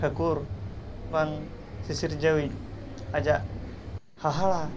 ᱴᱷᱟᱹᱠᱩᱨ ᱵᱟᱝ ᱥᱤᱥᱤᱨᱡᱟᱹᱣᱤᱡ ᱟᱭᱟᱜ ᱦᱟᱦᱟᱲᱟ